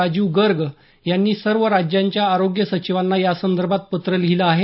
राजीव गर्ग यांनी सर्व राज्यांच्या आरोग्य सचिवांना यासंदर्भात पत्र लिहिलं आहे